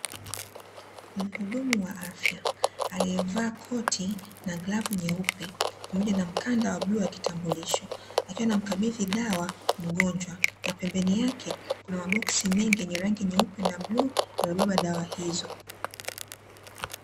Mhudumu wa afya aliyevaa koti na glavu nyeupe, pamoja na mkanda wa Bluu wa kitambulisho akiwa anamkabidhi dawa mgonjwa na pembeni yake kuna maboksi mengi yenye rangi Nyeupe na bluu yaliyobeba dawa hizo.